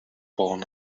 pawn